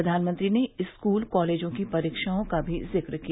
प्रधानमंत्री ने स्कूल कॉलेजों की परीक्षाओं का भी जिक्र किया